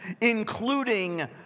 including